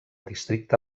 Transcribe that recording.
districte